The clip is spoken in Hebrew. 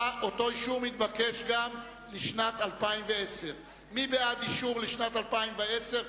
אותו אישור מתבקש גם לשנת 2010. מי בעד אישור לשנת 2010?